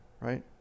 right